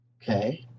Okay